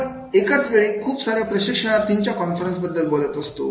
आपण एकाच वेळी खूपसार्या प्रशिक्षणार्थींच्या कॉन्फरन्स बद्दल बोलत असतो